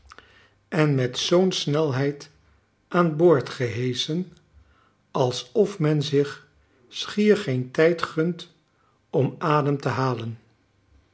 en met zoo'n snelheid aan boord geheschen alsof men zich schier geen tijd gunt om adem te halen